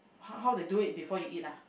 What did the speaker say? how how they do it before you eat ah